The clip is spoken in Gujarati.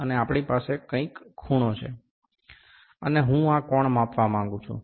અને આપણી પાસે કાંઇક ખૂણો છે અને હું કોણ માપવા માંગુ છું